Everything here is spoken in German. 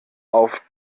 auf